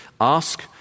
ask